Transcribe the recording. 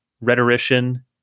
rhetorician